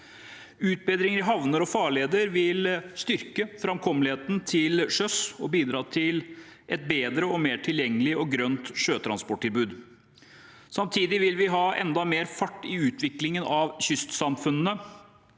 Utbedringer av havner og farleder vil styrke framkommeligheten til sjøs og bidra til et bedre og mer tilgjengelig og grønt sjøtransporttilbud. Samtidig vil vi ha enda mer fart i utviklingen av kystsamfunnene